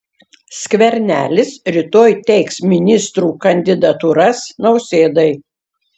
skvernelis rytoj teiks ministrų kandidatūras nausėdai